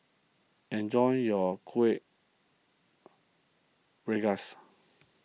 enjoy your Kuih Rengas